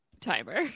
timer